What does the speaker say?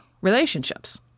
relationships